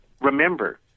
remember